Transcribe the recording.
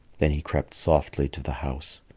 then he crept softly to the house.